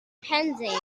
penzance